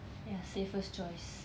ya safest choice